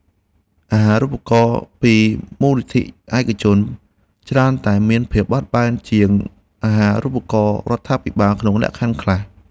អាហារូបករណ៍ពីមូលនិធិឯកជនច្រើនតែមានភាពបត់បែនជាងអាហារូបករណ៍រដ្ឋាភិបាលក្នុងលក្ខខណ្ឌខ្លះ។